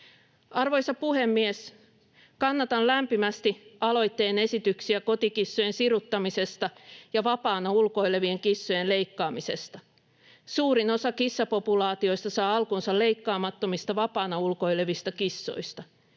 Arvoisa puhemies! Kannatan lämpimästi aloitteen esityksiä kotikissojen siruttamisesta ja vapaana ulkoilevien kissojen leikkaamisesta. Suurin osa kissapopulaatioista saa alkunsa leikkaamattomista vapaana ulkoilevista kissoista.